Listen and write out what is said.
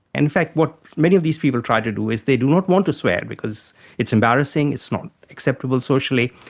in fact what many of these people try to do is they do not want to swear because it's embarrassing, it's not acceptable socially,